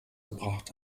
gebracht